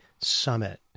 Summit